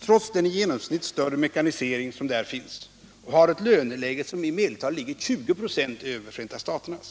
trots den i genomsnitt större mekanisering som där finns, och har ett löneläge som ligger i genomsnitt 20 96 över Förenta staternas.